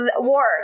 war